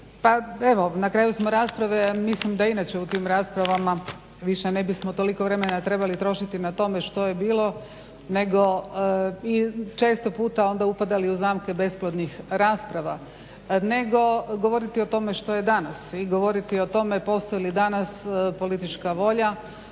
Pa evo na kraju smo rasprave i mislim da inače u tim raspravama više ne bismo toliko vremena trošiti na tome što je bilo nego i često puta onda upadali u zamke besplodnih rasprava, nego govoriti o tome što je danas i govoriti o tome postoji li danas politička volja